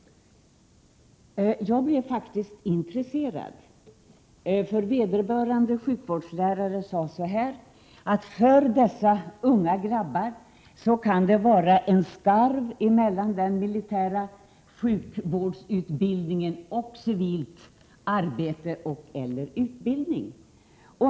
Jag blev intresserad, då denna sjukvårdslärare framhöll att det efter denna utbildning kan uppstå en skarv mellan den militära sjukvårdsutbildningen och civilt arbete eller utbildning.